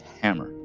hammer